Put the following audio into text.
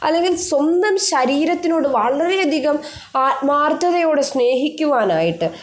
അല്ലെങ്കിൽ സ്വന്തം ശരീരത്തിനോട് വളരെ അധികം ആത്മാർത്ഥതയോട് സ്നേഹിക്കുവാനായിട്ട്